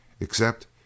Except